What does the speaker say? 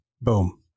Boom